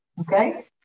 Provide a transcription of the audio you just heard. okay